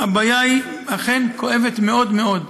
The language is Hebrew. והבעיה אכן כואבת מאוד מאוד.